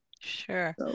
sure